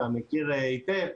אתה מכיר היטב,